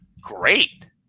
Great